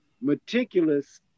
meticulous